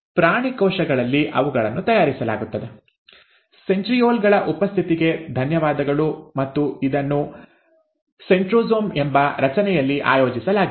ಪ್ರಾಣಿ ಕೋಶಗಳಲ್ಲಿ ಅವುಗಳನ್ನು ತಯಾರಿಸಲಾಗುತ್ತದೆ ಸೆಂಟ್ರೀಯೋಲ್ ಗಳ ಉಪಸ್ಥಿತಿಗೆ ಧನ್ಯವಾದಗಳು ಮತ್ತು ಇದನ್ನು ಸೆಂಟ್ರೊಸೋಮ್ ಎಂಬ ರಚನೆಯಲ್ಲಿ ಆಯೋಜಿಸಲಾಗಿದೆ